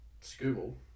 school